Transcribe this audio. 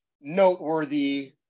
noteworthy